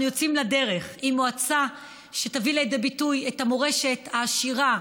אנחנו יוצאים לדרך עם מועצה שתביא לידי ביטוי את המורשת העשירה,